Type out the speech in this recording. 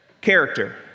character